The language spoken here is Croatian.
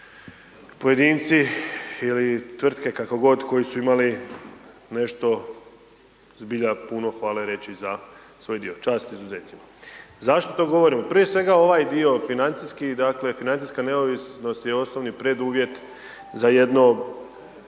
pojedinci ili tvrtke kako god koji su imali nešto zbilja puno hvale reći za svoj dio, čast izuzecima. Zašto to govorim? Prije svega ovaj dio financijski, dakle financijska neovisnost je osnovni preduvjet za jedno